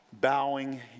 bowing